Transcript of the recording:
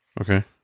Okay